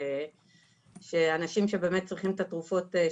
שאנשים שצריכים את התרופות,